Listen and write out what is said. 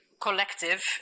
collective